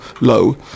low